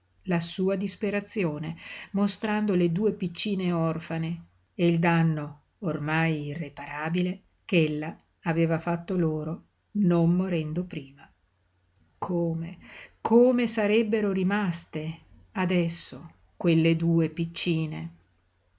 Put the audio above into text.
la sua disperazione mostrando le due piccine orfane e il danno ormai irreparabile ch'ella aveva fatto loro non morendo prima come come sarebbero rimaste adesso quelle due piccine